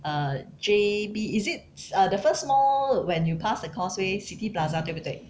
err J_B is it uh the first mall when you pass the causeway city plaza 对不对